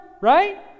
right